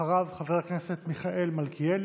אחריו, חבר הכנסת מיכאל מלכיאלי,